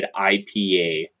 IPA